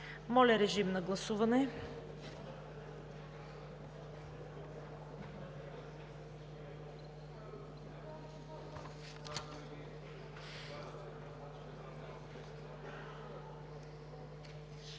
Моля, режим на гласуване.